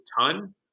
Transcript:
ton